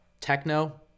Techno